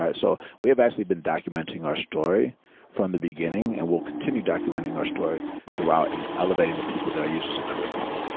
so, we have actually been documenting our story from the beginning and we'll continue documenting our story throughout and elevating the people that are users in career karma.